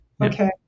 Okay